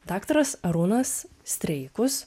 daktaras arūnas streikus